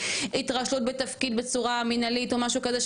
התרשלות בתפקיד בצורה מנהלית או משהו כזה,